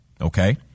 okay